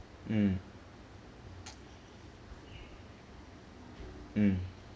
mm mm